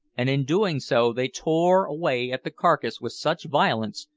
and in doing so they tore away at the carcase with such violence,